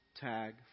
tag